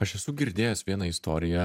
aš esu girdėjęs vieną istoriją